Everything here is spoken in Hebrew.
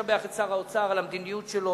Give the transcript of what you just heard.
אני רוצה לשבח את שר האוצר על המדיניות שלו,